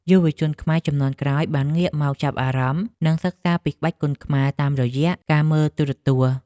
យុវជនខ្មែរជំនាន់ក្រោយបានងាកមកចាប់អារម្មណ៍ និងសិក្សាពីក្បាច់គុនខ្មែរតាមរយៈការមើលទូរទស្សន៍។